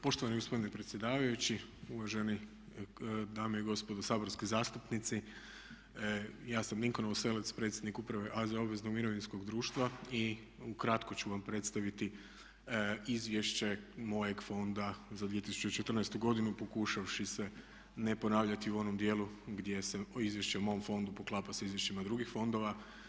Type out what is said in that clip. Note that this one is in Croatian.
Poštovani gospodine predsjedavajući, uvaženi dame i gospodo saborski zastupnici ja sam Dinko Novoselec predsjednik uprave AZ obveznog mirovinskog društva i u kratko ću vam predstaviti izvješće mojeg fonda za 2014.godinu pokušavši se ponavljati u onom djelu gdje se o izvješću o mom fondu poklapa sa izvješćem drugih fondova.